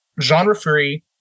genre-free